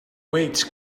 weights